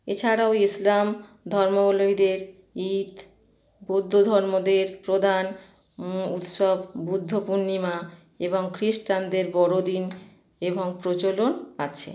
এছাড়াও ইসলাম ধর্মাবলম্বীদের ঈদ বৌদ্ধ ধর্মদের প্রধান উৎসব বুদ্ধ পূর্ণিমা এবং খ্রিস্টানদের বড়দিন এবং প্রচলন আছে